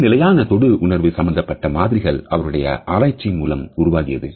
பல நிலையான தொடு உணர்வு சம்பந்தப்பட்ட மாதிரிகள் அவருடைய ஆராய்ச்சி மூலம் உருவாக்கியது